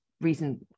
recent